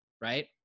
right